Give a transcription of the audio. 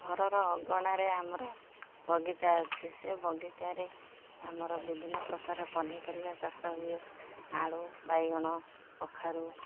ଘରର ଅଗଣାରେ ଆମର ବଗିଚା ଅଛି ସେ ବଗିଚାରେ ଆମର ବିଭିନ୍ନ ପ୍ରକାର ପନିପରିବା ଚାଷ ହୁଏ ଆଳୁ ବାଇଗଣ କଖାରୁ